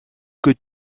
que